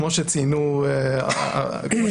כמו שציינו החברים,